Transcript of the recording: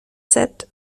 sept